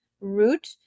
root